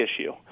issue